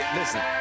listen